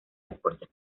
deportes